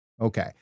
Okay